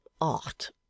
art